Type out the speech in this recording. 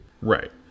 Right